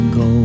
go